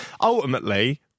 ultimately